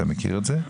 אתה מכיר את זה,